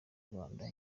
rwanda